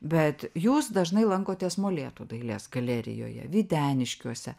bet jūs dažnai lankotės molėtų dailės galerijoje videniškiuose